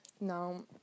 Now